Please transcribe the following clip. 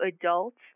adults